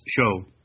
show